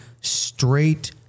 straight